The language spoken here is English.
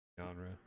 genre